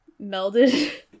melded